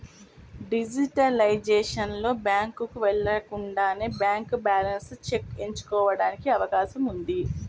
digitalisation లో, బ్యాంకుకు వెళ్లకుండానే బ్యాంక్ బ్యాలెన్స్ చెక్ ఎంచుకోవడానికి అవకాశం ఉంది